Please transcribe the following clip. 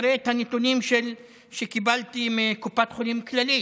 תראה את הנתונים שקיבלתי מקופת חולים כללית.